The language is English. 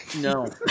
No